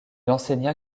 enseigna